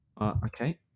okay